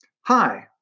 Hi